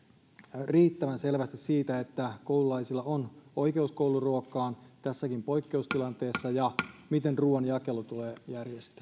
riittävän selvästi siitä että koululaisilla on oikeus kouluruokaan tässäkin poikkeustilanteessa ja miten ruuan jakelu tulee järjestää